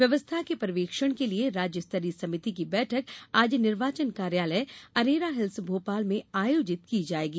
व्यवस्था के पर्यवेक्षण के लिये राज्य स्तरीय समिति की बैठक आज निर्वाचन कार्यालय अरेरा हिल्स भोपाल में आयोजित की जायेगी